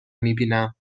میبینم